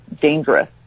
dangerous